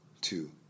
Two